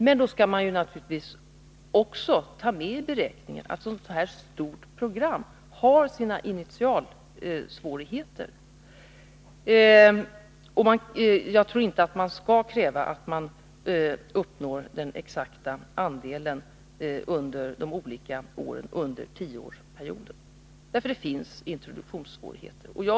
Men då skall man naturligtvis också ta med i beräkningen att ett sådant här stort program har sina initialsvårigheter. Jag tror inte att man skall kräva att man uppnår den exakta andelen under vart och ett av de olika åren under tioårsperioden. Det finns nämligen introduktionssvårigheter.